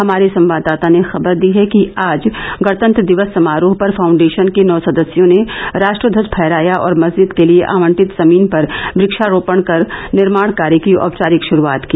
हमारे संवाददाता ने खबर दी है कि आज गणतंत्र दिवस समारोह पर फाउंडेशन के नौ सदस्यों ने राष्ट्रध्वज फहराया और मस्जिद के लिए आवंटित जमीन पर वक्षारोपण कर निर्माण कार्य की औपचारिक शुरूआत की